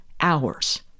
hours